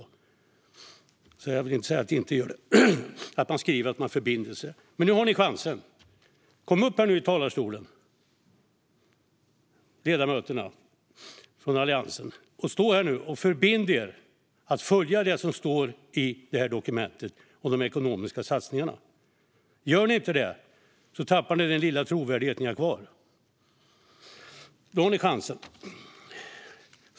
Jag vill alltså inte säga att det inte har hänt att man skriver att man förbinder sig, men jag har inte sett det. Men nu har ni chansen. Kom upp här nu i talarstolen, ledamöterna från Alliansen, och förbind er att följa det som står i det här dokumentet om de ekonomiska satsningarna! Gör ni inte det tappar ni den lilla trovärdighet ni har kvar. Nu har ni chansen.